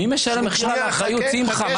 מי משלם על האחריות, שמחה?